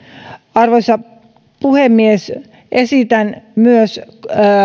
arvoisa puhemies esitän myös